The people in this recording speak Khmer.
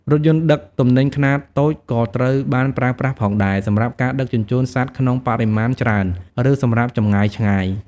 រថយន្តដឹកទំនិញខ្នាតតូចក៏ត្រូវបានប្រើប្រាស់ផងដែរ សម្រាប់ការដឹកជញ្ជូនសត្វក្នុងបរិមាណច្រើន ឬសម្រាប់ចម្ងាយឆ្ងាយ។